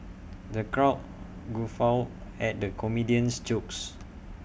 the crowd guffawed at the comedian's jokes